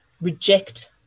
reject